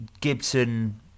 Gibson